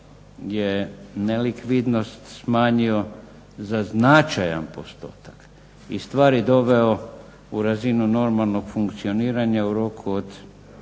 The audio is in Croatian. je nelikvidnost smanjio za značajan postotak i stvari doveo u razinu normalnog funkcioniranja u roku od